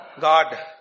God